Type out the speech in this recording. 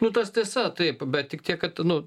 nu tas tiesa taip bet tik tiek kad nu